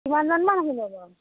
কিমানজনমান আহিব বাৰু